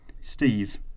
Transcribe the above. Steve